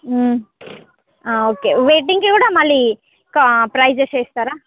ఆ ఓకే వెయిటింగ్కి కూడా మళ్ళీకా ప్రైజెస్ వేస్తారా